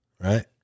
right